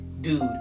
Dude